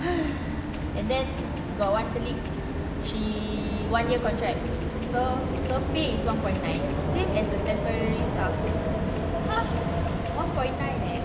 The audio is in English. and then got one colleague she one year contract so her pay is one point nine same as a temporary staff one point nine leh